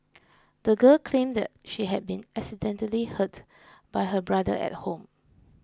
the girl claimed that she had been accidentally hurt by her brother at home